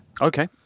Okay